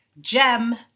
Gem